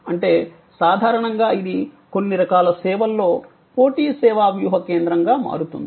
అంటే సాధారణంగా ఇది కొన్ని రకాల సేవల్లో పోటీ సేవా వ్యూహ కేంద్రంగా మారుతుంది